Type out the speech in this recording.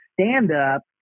stand-up